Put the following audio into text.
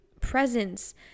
presence